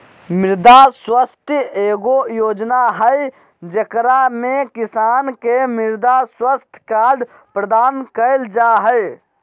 मृदा स्वास्थ्य एगो योजना हइ, जेकरा में किसान के मृदा स्वास्थ्य कार्ड प्रदान कइल जा हइ